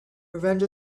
revenge